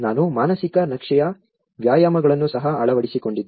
ನಾನು ಮಾನಸಿಕ ನಕ್ಷೆಯ ವ್ಯಾಯಾಮಗಳನ್ನು ಸಹ ಅಳವಡಿಸಿಕೊಂಡಿದ್ದೇನೆ